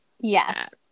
Yes